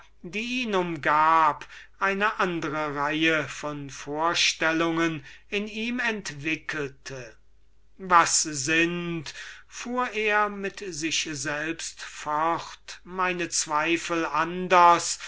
die ihn umgab eine andre reihe von vorstellungen in ihm entwickelte was sind fuhr er mit sich selbst fort meine zweifel anders